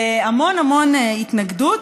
להמון המון התנגדות,